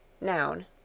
Noun